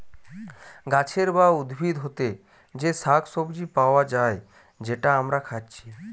গাছের বা উদ্ভিদ হোতে যে শাক সবজি পায়া যায় যেটা আমরা খাচ্ছি